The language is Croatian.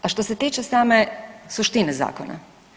A što se tiče same suštine zakona.